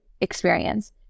experience